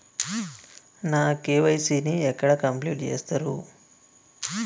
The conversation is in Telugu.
నా కే.వై.సీ ని ఎక్కడ కంప్లీట్ చేస్తరు?